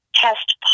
test